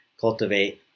cultivate